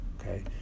okay